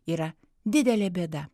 yra didelė bėda